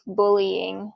bullying